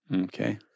Okay